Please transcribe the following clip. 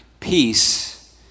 peace